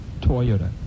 Toyota